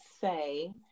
say